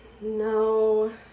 No